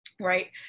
right